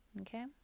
Okay